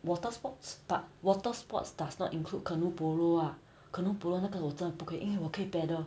water sports but water sports does not include canoe polo ah canoe polo 那个我真的不可以因为我可以 paddle